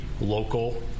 local